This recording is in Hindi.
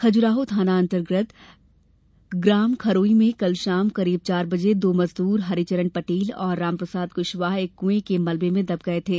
खजुराहो थाना अंतर्गत ग्राम खरोई में कल शाम करीब चार बजे दो मजदूर हरिचरण पटेल और रामप्रसाद कुशवाह एक कुएं के मलवे में दब गए थे